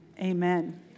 Amen